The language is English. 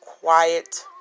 quiet